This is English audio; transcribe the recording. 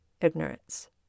ignorance